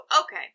okay